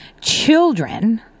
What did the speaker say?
children